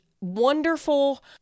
wonderful